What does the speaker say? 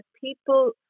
people